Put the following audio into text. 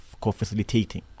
co-facilitating